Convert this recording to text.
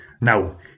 Now